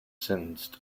sentenced